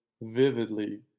vividly